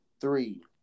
three